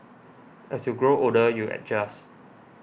as you grow older you adjust